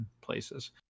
places